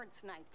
tonight